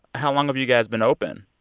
how long have you guys been open?